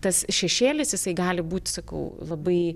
tas šešėlis jisai gali būti sakau labai